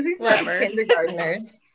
kindergarteners